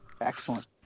excellent